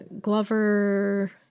Glover